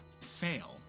fail